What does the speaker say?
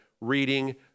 reading